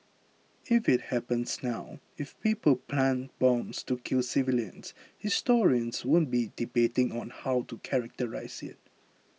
if it happens now if people plant bombs to kill civilians historians won't be debating on how to characterise it